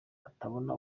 atabona